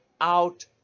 out